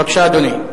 בבקשה, אדוני.